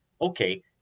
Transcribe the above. okay